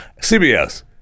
cbs